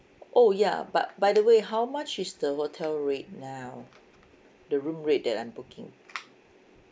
oh ya but by the way how much is the hotel rate now the room rate that I'm booking